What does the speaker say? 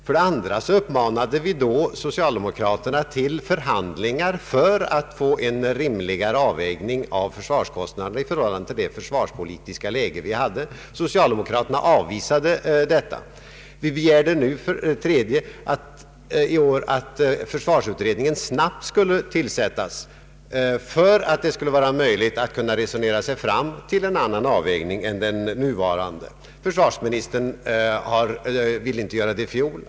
För det andra uppmanade vi socialdemokraterna till förhandlingar för att få en rimligare avvägning av försvarskostnaderna i förhållande till det försvarspolitiska läge vi hade. Socialdemokraterna avvisade detta. Vi begärde nu, för det tredje, även i år att försvarsutredningen snabbt skulle tillsättas så att det skulle bli möjligt att resonera sig fram till en annan avvägning än den nuvarande. Försvarsministern ville inte göra det i fjol.